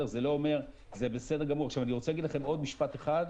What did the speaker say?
עכשיו, אני רוצה להגיד לכם עוד משפט אחד.